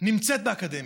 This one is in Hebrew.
נמצאת באקדמיה,